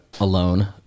alone